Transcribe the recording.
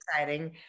exciting